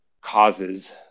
causes